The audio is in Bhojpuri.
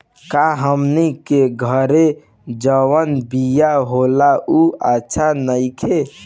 का हमनी के घरे जवन बिया होला उ अच्छा नईखे?